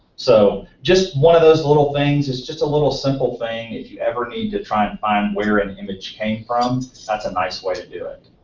so, just one of those little things, it's just a little simple thing if you ever need to try and find where an image came from, that's a nice way to do it.